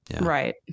Right